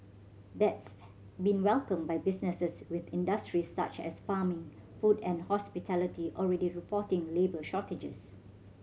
that's been welcomed by businesses with industries such as farming food and hospitality already reporting labour shortages